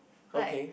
okay